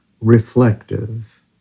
reflective